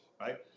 right